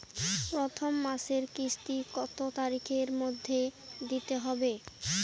প্রথম মাসের কিস্তি কত তারিখের মধ্যেই দিতে হবে?